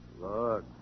Look